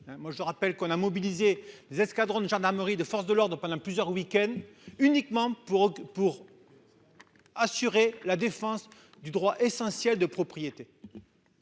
je rappelle qu'on a mobilisé des escadrons de gendarmerie de forces de l'ordre pendant plusieurs week-ends uniquement pour, pour. Assurer la défense du droit essentiel de propriété.